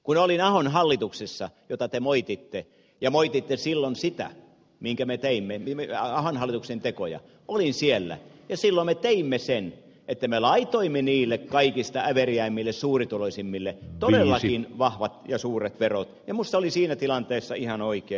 kun olin ahon hallituksessa jota te moititte ja moititte silloin sitä minkä me teimme ahon hallituksen tekoja olin siellä ja silloin me teimme sen että me laitoimme niille kaikista äveriäimmille suurituloisimmille todellakin vahvat ja suuret verot ja minusta se oli siinä tilanteessa ihan oikein